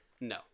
no